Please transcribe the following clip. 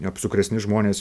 apsukresni žmonės